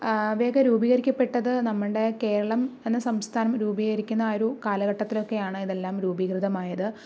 ഇവയൊക്കെ രൂപീകരിക്കപ്പെട്ടത് നമ്മുടെ കേരളം എന്ന സംസ്ഥാനം രൂപീകരിക്കുന്ന ആ ഒരു കാലഘട്ടത്തിൽ ഒക്കെയാണ് ഇതെല്ലാം രൂപീകൃതമായത്